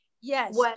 Yes